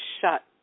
shut